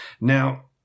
Now